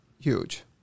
huge